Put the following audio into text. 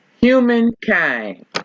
Humankind